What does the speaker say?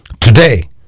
Today